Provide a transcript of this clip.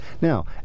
Now